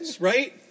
right